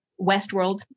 Westworld